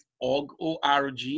ORG